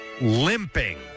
limping